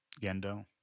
Gendo